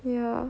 ya